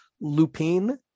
Lupine